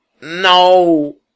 No